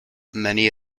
many